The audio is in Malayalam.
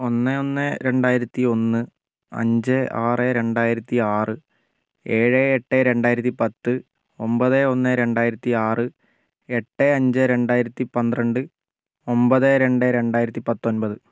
ഒന്ന് ഒന്ന് രണ്ടായിരത്തി ഒന്ന് അഞ്ച് ആറ് രണ്ടായിരത്തി ആറ് ഏഴ് എട്ട് രണ്ടായിരത്തി പത്ത് ഒമ്പത് ഒന്ന് രണ്ടായിരത്തി ആറ് എട്ട് അഞ്ച് രണ്ടായിരത്തി പന്ത്രണ്ട് ഒമ്പത് രണ്ട് രണ്ടായിരത്തി പത്തൊൻപത്